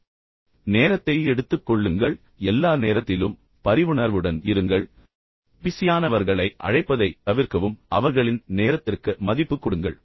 எனவே அதை முழுவதுமாக கடத்த வேண்டாம் நேரத்தை எடுத்துக் கொள்ளுங்கள் எல்லா நேரத்திலும் பரிவுணர்வுடன் இருங்கள் பிஸியானவர்களை முடிந்தவரை அழைப்பதைத் தவிர்க்கவும் அவர்களின் நேரத்திற்கு மதிப்பு கொடுங்கள்